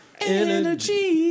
energy